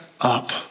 up